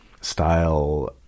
style